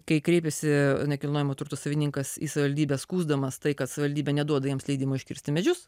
kai kreipėsi nekilnojamo turto savininkas į savivaldybę skųsdamas tai kad savivaldybė neduoda jiems leidimo iškirsti medžius